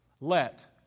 Let